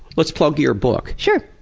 let's plug your book. sure.